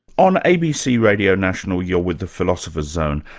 on abc radio national you're with the philosopher's zone,